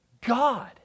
God